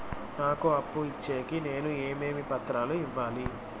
నాకు అప్పు ఇచ్చేకి నేను ఏమేమి పత్రాలు ఇవ్వాలి